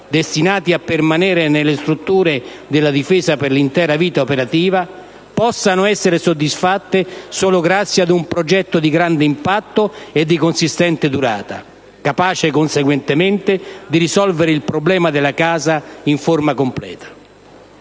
destinati a permanere nelle strutture della Difesa per l'intera vita operativa possano essere soddisfatte solo grazie ad un progetto di grande impatto e di consistente durata, capace conseguentemente di risolvere il problema della casa in forma completa.